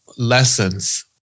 lessons